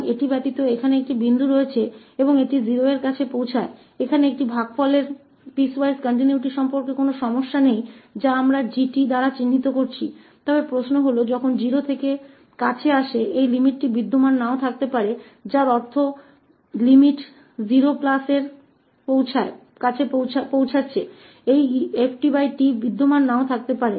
तो इसके अलावा क्योंकि यहां एक बिंदु है जब 𝑡 0 के करीब पहुंचता है इसके अलावा इस भागफल की टुकड़े टुकड़े निरंतरता के बारे में कोई समस्या नहीं है जिसे हमने 𝑔 𝑡 द्वारा दर्शाया है लेकिन सवाल यह है कि कब 𝑡 0 तक पहुंचता है यह सीमा मौजूद नहीं हो सकती है जिसका अर्थ है कि सीमा 𝑡 से 0 तक पहुंचती है यह ft मौजूद नहीं हो सकता है